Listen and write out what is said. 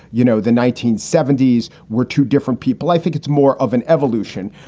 you know, the nineteen seventies were two different people. i think it's more of an evolution.